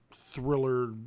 thriller